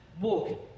walk